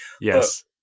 Yes